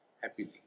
happily